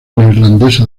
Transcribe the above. neerlandesa